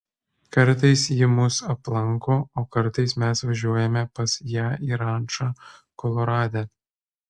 kartais ji mus aplanko o kartais mes važiuojame pas ją į rančą kolorade